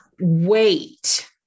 wait